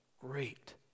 great